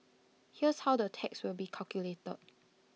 here's how the tax will be calculated